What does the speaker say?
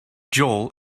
joel